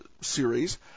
series